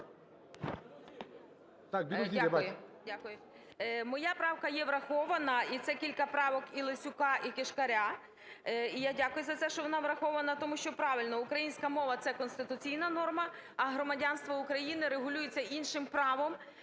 дякую. Моя правка є врахована, і це кілька правок і Лесюка, і Кишкаря, і я дякую за це, що вона врахована, тому що правильно, українська мова – це конституційна норма, а громадянство України регулюється іншим правом,